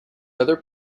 other